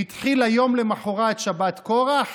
היא התחילה יום למוחרת שבת קורח,